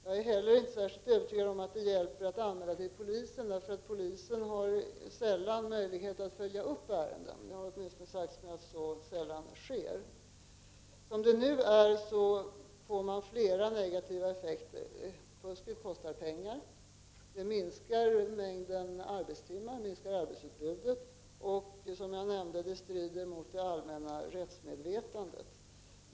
Jag är inte heller särskilt övertygad om att det hjälper att anmäla fusk till polisen — polisen har sällan möjlighet att följa upp ärenden; det har åtminstone sagts mig att så sällan sker. Som det nu är får man flera negativa effekter. Fusket kostar pengar — det minskar mängden arbetstimmar, det minskar arbetsutbudet och det strider, som jag nämnde, mot det allmänna rättsmedvetandet.